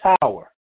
tower